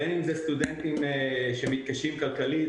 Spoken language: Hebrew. בין אם אלו סטודנטים שמתקשים כלכלית,